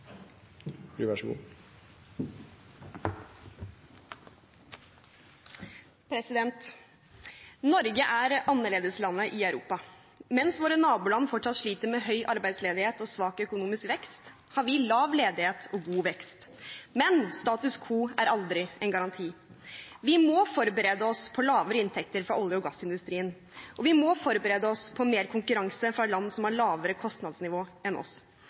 gjennomføringskraft. Så her må Stortinget også være aktiv i å dytte på. Replikkordskiftet er omme. Norge er annerledeslandet i Europa. Mens våre naboland fortsatt sliter med høy arbeidsledighet og svak økonomisk vekst, har vi lav ledighet og god vekst. Men status quo er aldri en garanti. Vi må forberede oss på lavere inntekter fra olje- og gassindustrien. Vi må forberede oss på mer konkurranse fra land som har lavere kostnadsnivå enn